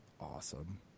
Awesome